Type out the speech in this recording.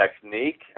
technique